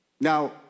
Now